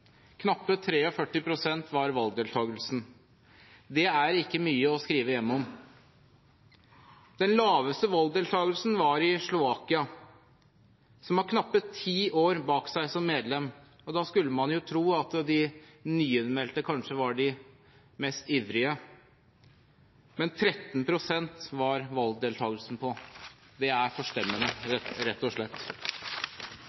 Knappe 43 pst. var valgdeltakelsen på. Det er ikke mye å skrive hjem om. Den laveste valgdeltakelsen var i Slovakia, som har knappe ti år bak seg som medlem. Man skulle tro at de nyinnmeldte kanskje var de mest ivrige, men 13 pst. var valgdeltakelsen på. Det er forstemmende,